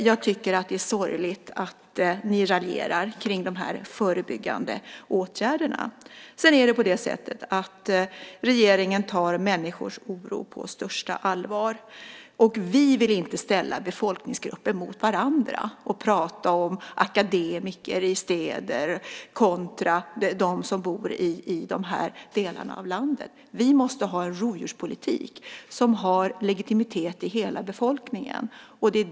Jag tycker att det är sorgligt att ni raljerar om de förebyggande åtgärderna. Regeringen tar människors oro på största allvar. Vi vill inte ställa befolkningsgrupper mot varandra och prata om akademiker i städer kontra dem som bor i de här delarna av landet. Vi måste ha en rovdjurspolitik som har legitimitet i hela befolkningen.